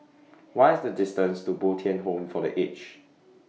What IS The distance to Bo Tien Home For The Aged